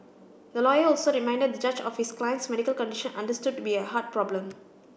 the lawyer also reminded the judge of his client's medical condition understood to be a heart problem